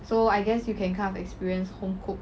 so I guess you can kind of experience home cook